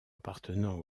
appartenant